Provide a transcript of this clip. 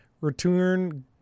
Return